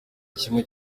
kimwe